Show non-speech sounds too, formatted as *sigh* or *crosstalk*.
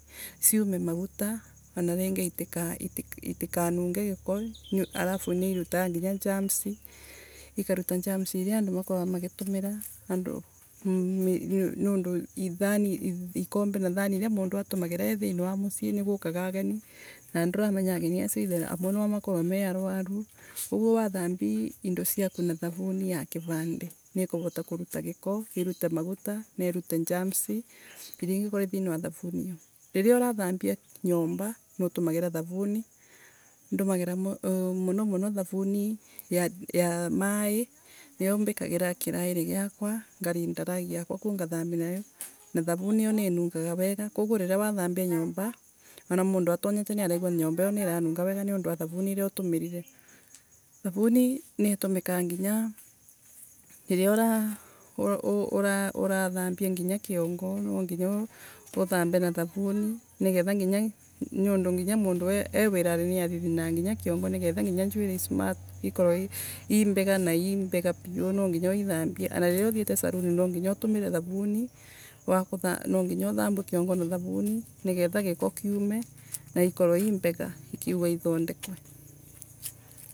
Ciume maguta anaringi itikanuge giko. Alafu niirutaga nginya germs, ikaruta germs iria andu makoragwa magitemira nundu ikomba nathani iria mundu akoragwa agitumira thiini wa mucii nigukaga ageni nanduramenya ageni acio either amwe naamakorwe me arwaru, koguo wathambi indo ciaku na thamuni ya kivandii rii kuvota ii thiini wa tharuria iyo. Riria wathambia nyomba niutumagira thavuti. Ndumagira muno muno thavuri ya ya *hesitation* ya maii niyo mbikagira kirairi yakwa ngarinda ragi yakwa iria kuthambi nayo. Nathavuniiyo nii nungaga wega koguo riria wathambianyomba, ana munduatonyete niaregua nyomba iyo niiranunga wega nondu wa thavuni ina utumirite. Thavuni niitumikaga nginya riria urathambia nginya kiongo nwanginya withambe nayo, nondu nginya mundu e wira niathithiraga nigetha nginya kiongo njwuiri ikorwe ii mbega na imbega piu nwanginya uithambie. Anariria uthiete saluni nwanginya utumire thavuni, nwanginya uthambie kiango na thavuni nigetha giiko kiume na ikorwe imbega, ikiuga athondekwe